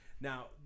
Now